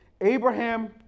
Abraham